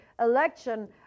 election